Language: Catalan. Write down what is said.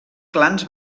clans